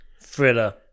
Thriller